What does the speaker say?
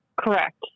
Correct